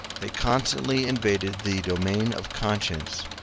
they constantly invaded the domain of conscience,